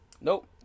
Nope